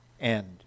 end